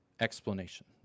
explanation